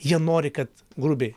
jie nori kad grubiai